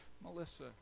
Melissa